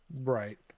Right